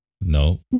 no